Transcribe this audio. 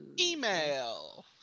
Email